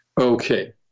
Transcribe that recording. Okay